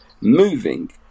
moving